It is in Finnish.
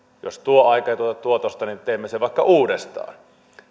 jos tuo aika ei tuota tuotosta niin teemme sen vaikka uudestaan